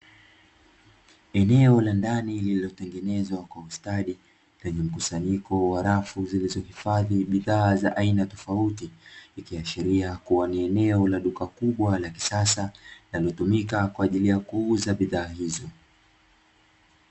Eneo la ndani lililotengenezwa kwa ustadi, lenye mkusanyiko wa rafu zilizohifadhi bidhaa za aina tofauti, ikiaashiria kuwa ni eneo la duka kubwa la kisasa, linalotumika kwa ajili ya kuuza bidhaa hizo.